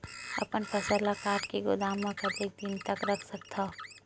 अपन फसल ल काट के गोदाम म कतेक दिन तक रख सकथव?